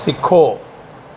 सिखो